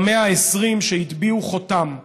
במאה ה-20, שהטביעו חותם.